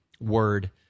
word